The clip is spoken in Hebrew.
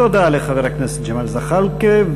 תודה לחבר הכנסת ג'מאל זחאלקה.